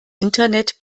internet